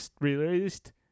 released